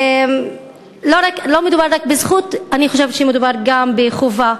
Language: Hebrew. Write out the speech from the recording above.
לא מדובר רק בזכות, אני חושבת שמדובר גם בחובה,